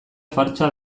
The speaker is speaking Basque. fartsa